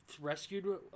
rescued